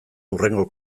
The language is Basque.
hurrengo